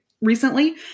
Recently